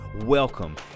welcome